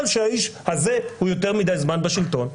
שהאיש הזה הוא יותר מדי זמן בשלטון.